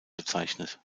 bezeichnet